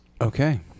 okay